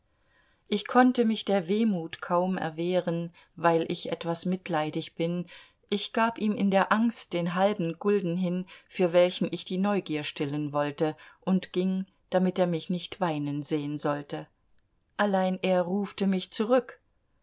ich konnte mich der wehmut kaum erwehren weil ich etwas mitleidig bin ich gab ihm in der angst den halben gulden hin für welchen ich die neugier stillen wollte und ging damit er mich nicht weinen sehen sollte allein er rufte mich zurück